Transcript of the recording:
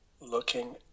looking